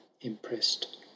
impressed